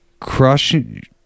crushing